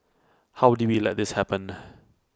how did we let this happen